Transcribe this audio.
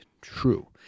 true